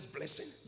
Blessing